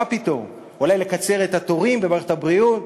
מה פתאום, אולי לקצר את התורים במערכת הבריאות?